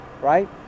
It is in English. Right